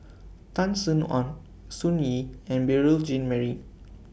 Tan Sin Aun Sun Yee and Beurel Jean Marie